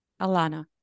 Alana